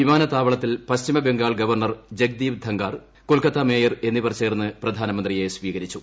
വിമാനത്താവളത്തിൽ പശ്ചിമ Bengal governor Jagdeep Dhankhar Kolkata mayor എന്നിവർ ചേർന്ന് പ്രധാനമന്ത്രിയെ സ്വീകരിച്ചു